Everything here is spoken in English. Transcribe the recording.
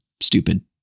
stupid